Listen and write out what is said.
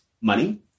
money